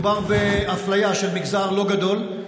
מדובר באפליה של מגזר לא גדול,